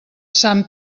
sant